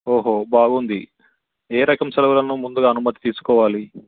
ఓహో బాగుంది ఏ రకం సెలవులను ముందుగా అనుమతి తీసుకోవాలి